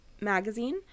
magazine